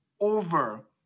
over